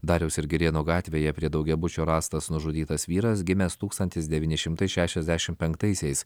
dariaus ir girėno gatvėje prie daugiabučio rastas nužudytas vyras gimęs tūkstantis devyni šimtai šešiasdešimt penktaisiais